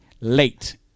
late